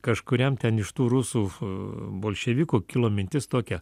kažkuriam ten iš tų rusų bolševikų kilo mintis tokia